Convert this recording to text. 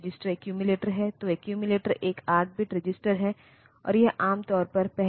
वास्तव में यदि आप किसी कम्पाइलर को देखते हैं तो उनके पास एक चरण होगा जिसे असेम्बलर कहा जाता है